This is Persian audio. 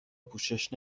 پوشش